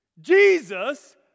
Jesus